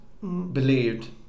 believed